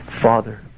Father